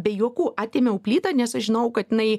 be juokų atėmiau plytą nes aš žinojau kad jinai